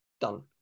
done